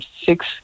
six